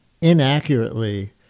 inaccurately